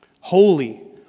Holy